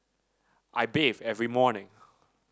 I bathe every morning